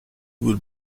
will